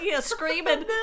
screaming